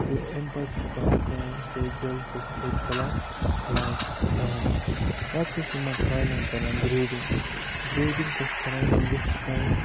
تہٕ امہِ پَتہٕ چھِ أسۍ کَران کٲم یُتھُے أسۍ دٮ۪ل چھِ أسۍ تھوٚد تُلان کڑان چھِ أسۍ کانہِ پَتہٕ چھِ أسۍ یِمَن کانٮ۪ن کَران گرٛیڈِنٛگ گرٛیڈِنٛگ کیٛاہ چھِ کَران یِم ویٚچھِ کانہِ چھِ